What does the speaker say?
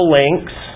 links